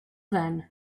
then